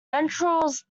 ventrals